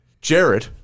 Jared